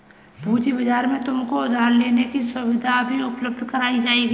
पूँजी बाजार में तुमको उधार लेने की सुविधाएं भी उपलब्ध कराई जाएंगी